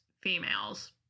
females